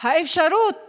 האפשרות